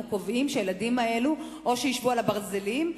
אנחנו קובעים שהילדים הללו או שישבו על ברזלים,